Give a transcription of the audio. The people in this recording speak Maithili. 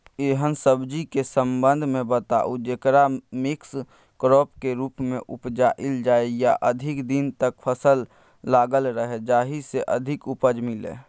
एहन सब्जी के संबंध मे बताऊ जेकरा मिक्स क्रॉप के रूप मे उपजायल जाय आ अधिक दिन तक फसल लागल रहे जाहि स अधिक उपज मिले?